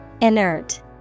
Inert